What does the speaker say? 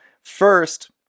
first